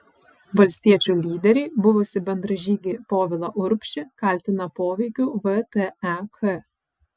valstiečių lyderiai buvusį bendražygį povilą urbšį kaltina poveikiu vtek